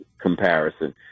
comparison